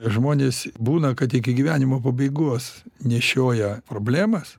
žmonės būna kad iki gyvenimo pabaigos nešioja problemas